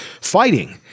fighting